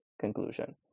conclusion